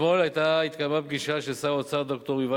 אתמול התקיימה פגישה של שר האוצר ד"ר יובל